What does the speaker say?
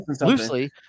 loosely